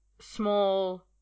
small